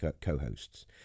co-hosts